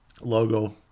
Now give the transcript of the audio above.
logo